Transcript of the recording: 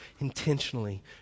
intentionally